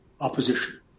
opposition